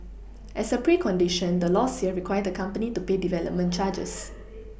as a precondition the laws here require the company to pay development charges